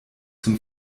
zum